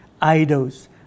idols